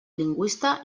lingüista